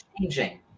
changing